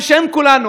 בשם כולנו,